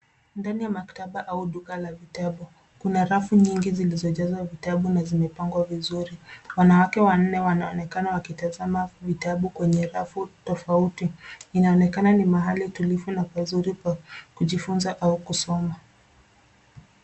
Ndani ya maktaba au duka la vitabu kuna rafu nyingi zilizojazwa vitabu na zimepangwa vizuri. Wanawake wanne wanaonekana wakitazama vitabu kwenye rafu tofauti. Inaonekana ni mahali tulivu na pazuri pa kujifunza au kusoma.